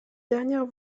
dernière